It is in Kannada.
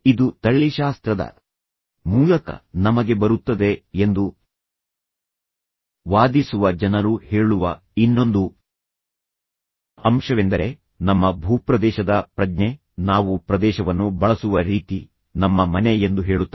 ಇದು ತಳಿಶಾಸ್ತ್ರದ ಮೂಲಕ ನಮಗೆ ಬರುತ್ತದೆ ಎಂದು ವಾದಿಸುವ ಜನರು ಹೇಳುವ ಇನ್ನೊಂದು ಅಂಶವೆಂದರೆ ನಮ್ಮ ಭೂಪ್ರದೇಶದ ಪ್ರಜ್ಞೆ ನಾವು ಪ್ರದೇಶವನ್ನು ಬಳಸುವ ರೀತಿ ನಮ್ಮ ಮನೆ ಎಂದು ಹೇಳುತ್ತಾರೆ